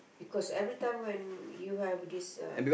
because every time when you have this uh